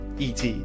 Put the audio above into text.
ET